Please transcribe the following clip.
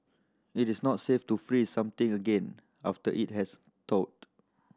it is not safe to freeze something again after it has thawed